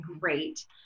great